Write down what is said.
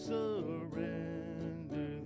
surrender